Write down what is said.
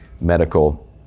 medical